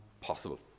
possible